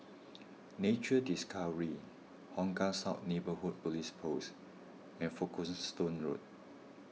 Nature Discovery Hong Kah South Neighbourhood Police Post and Folkestone Road